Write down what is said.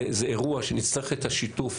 זה אירוע שנצטרך בו את השיתוף,